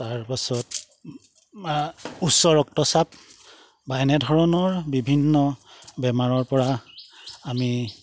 তাৰপাছত উচ্চ ৰক্তচাপ বা এনেধৰণৰ বিভিন্ন বেমাৰৰ পৰা আমি